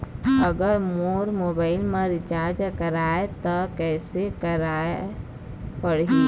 अगर मोर मोबाइल मे रिचार्ज कराए त कैसे कराए पड़ही?